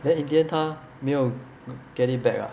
then in the end 他没有 get it back ah